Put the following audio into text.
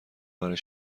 برای